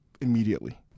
immediately